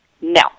no